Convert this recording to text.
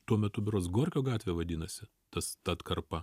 tuo metu berods gorkio gatve vadinasi tas ta atkarpa